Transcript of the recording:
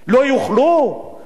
לא ילכו לקופת-חולים?